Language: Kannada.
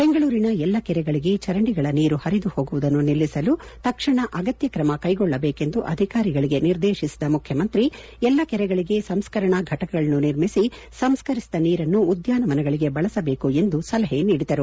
ಬೆಂಗಳೂರಿನ ಎಲ್ಲಾ ಕೆರೆಗಳಿಗೆ ಚರಂಡಿಗಳ ನೀರು ಪರಿದು ಹೋಗುವುದನ್ನು ನಿಲ್ಲಿಸಲು ತಕ್ಷಣ ಅಗತ್ತ ಕ್ರಮ ಕೈಗೊಳ್ಳಬೇಕೆಂದು ಅಧಿಕಾರಿಗಳಿಗೆ ನಿರ್ದೇಶಿಸಿದ ಮುಖ್ಯಮಂತ್ರಿಯವರು ಎಲ್ಲ ಕೆರೆಗಳಿಗೆ ಸಂಸ್ಕರಣಾ ಫಟಕಗಳನ್ನು ನಿರ್ಮಿಸಿ ಸಂಸ್ಕರಿಸಿದ ನೀರನ್ನು ಉದ್ದಾನಗಳಿಗೆ ಬಳಸಬೇಕು ಎಂದು ಸಲಹೆ ನೀಡಿದರು